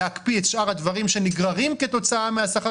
להקפיא את שאר הדברים שנגררים כתוצאה מהשכר